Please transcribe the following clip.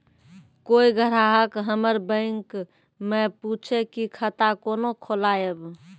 कोय ग्राहक हमर बैक मैं पुछे की खाता कोना खोलायब?